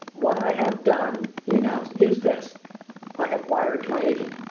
what i have done, he announced, is this i have wired to my agent.